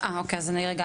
הרפואית.